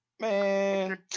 Man